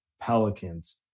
Pelicans